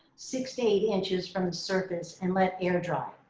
six to eight inches from the surface and let air dry.